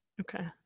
Okay